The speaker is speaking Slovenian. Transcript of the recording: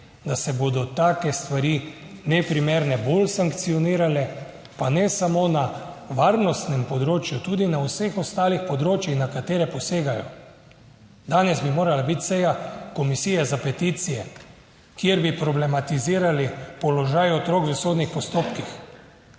da se bodo take stvari neprimerno bolj sankcionirale, pa ne samo na varnostnem področju, tudi na vseh ostalih področjih, na katere posegajo. Danes bi morala biti seja Komisije za peticije, kjer bi problematizirali položaj otrok v sodnih postopkih.